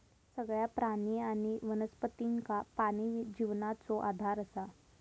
सगळ्या प्राणी आणि वनस्पतींका पाणी जिवनाचो आधार असा